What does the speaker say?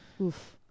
Oof